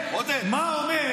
עודד, למה לא העברתם את זה